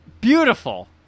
Beautiful